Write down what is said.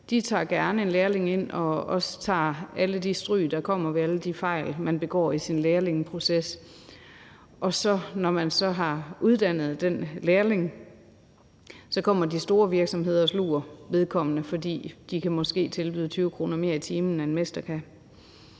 tager en lærling ind og tager alle de stryg, der kommer på grund af alle de fejl, der begås i en lærlingeproces, og når man så har uddannet en lærling, kommer de store virksomheder og sluger vedkommende, fordi de måske kan tilbyde 20 kr. mere i timen, end mester kan.